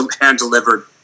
hand-delivered